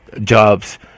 jobs